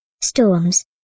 storms